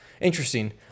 Interesting